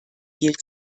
viel